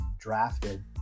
drafted